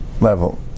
level